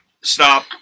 stop